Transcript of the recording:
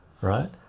right